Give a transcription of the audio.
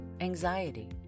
anxiety